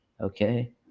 Okay